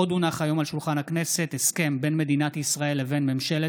עוד הונח היום על שולחן הכנסת הסכם בין מדינת ישראל לבין ממשלת